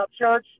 Upchurch